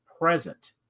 present